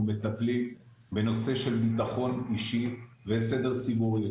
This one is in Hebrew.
מטפלים בנושא של ביטחון אישי וסדר ציבורי.